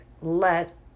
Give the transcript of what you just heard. let